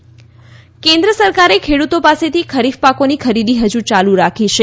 ખરીફ ખરીદી કેન્દ્ર સરકારે ખેડૂતો પાસેથી ખરીફ પાકોની ખરીદી હજી યાલુ રાખી છે